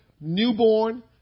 newborn